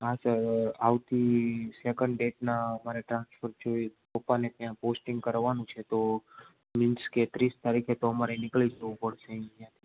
હાં સર આ પછી સેકેન્ડ ડેટના અમારે ટ્રાન્સફર જોઈએ પપ્પા ને ત્યાં પોસ્ટિંગ કરવાનું છે તો વીસ તેત્રીસ તારીખે તો અમારે નીકળી જ જવું પડશે